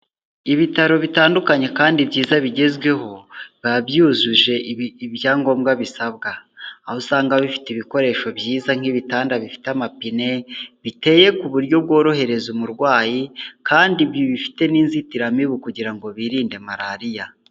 Ibitaro bitandukanye kandi byiza bigezweho, biba byujuje ibyangombwa bisabwa. Aho usanga bifite ibikoresho byiza nk'ibitanda bifite amapine, biteye ku buryo bworohereza umurwayi, kandi ibyo bifite n'inzitiramibu kugira ngo birinde malariya.